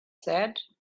said